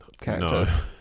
characters